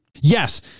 Yes